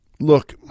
Look